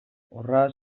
horra